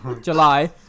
July